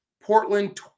Portland